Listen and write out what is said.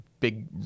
big